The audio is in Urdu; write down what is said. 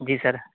جی سر